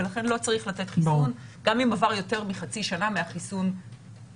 ולכן לא צריך לתת חיסון גם אם עבר יותר מחצי שנה מהחיסון שלהם.